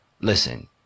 Listen